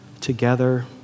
together